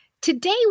today